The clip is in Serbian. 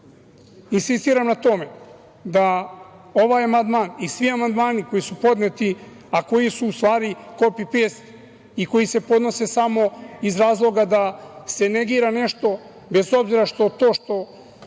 na tome da ovaj amandman i svi amandmani koji su podneti, a koji su u stvari kopi-pejst i koji se podnose samo iz razloga da se negira nešto, bez obzira što to što